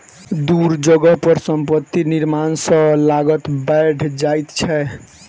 दूर जगह पर संपत्ति निर्माण सॅ लागत बैढ़ जाइ छै